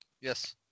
Yes